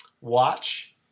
watch